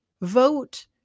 vote